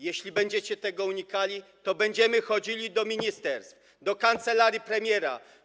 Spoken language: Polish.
Jeśli będziecie tego unikali, to będziemy chodzili do ministerstw, do kancelarii premiera.